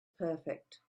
perfect